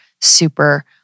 super